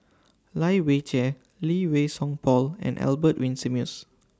Lai Weijie Lee Wei Song Paul and Albert Winsemius